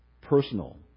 personal